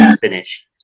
finish